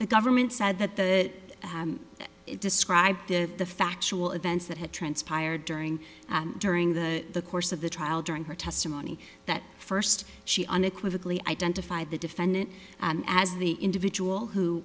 the government said that that it described that the factual events that had transpired during during the course of the trial during her testimony that first she unequivocally identified the defendant as the individual who